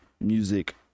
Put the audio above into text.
music